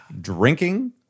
Drinking